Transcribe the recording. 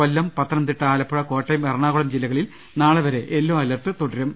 കൊല്ലം പത്തനംതിട്ട ആലപ്പുഴ കോട്ടയം എറണാകുളം ജില്ലകളിൽ നാളെവരെ yellow alert തുടരും